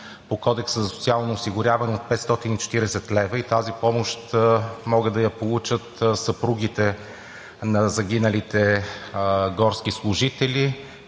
по Кодекса за социално осигуряване от 540 лв. и тази помощ могат да я получат съпругите на загиналите горски служители,